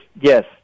yes